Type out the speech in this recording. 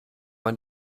man